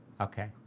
Okay